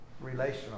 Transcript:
relational